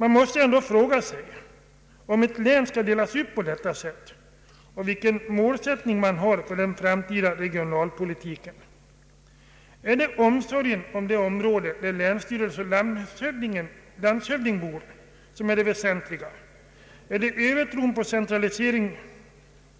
Man måste ändå fråga sig om ett län bör delas upp på detta sätt och vilken målsättning som finns för den framtida regionalpolitiken. är det omsorgen om det område där länsstyrelse och landshövding finns som är det väsentliga? Är det övertron på centralisering